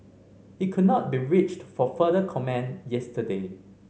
he could not be reached for further comment yesterday